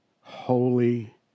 holy